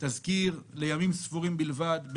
תזכיר למשך ימים ספורים בלבד,